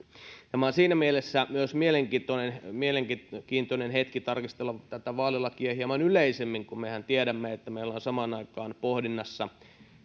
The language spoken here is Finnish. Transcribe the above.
tämä on siinä mielessä myös mielenkiintoinen mielenkiintoinen hetki tarkistella tätä vaalilakia hieman yleisemmin kun mehän tiedämme että meillä on samaan aikaan pohdinnassa